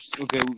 Okay